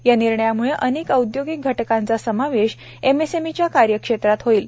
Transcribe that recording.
या निर्णयामुळे अनेक औदयोगिक घटकांचा समावेश एमएसएमईच्या कार्यक्षेत्रात होईल